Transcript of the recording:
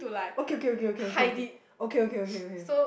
okay okay okay okay okay okay okay